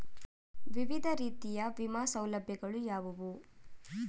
ವಿವಿಧ ರೀತಿಯ ವಿಮಾ ಸೌಲಭ್ಯಗಳು ಯಾವುವು?